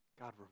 God